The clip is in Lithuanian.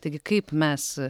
taigi kaip mes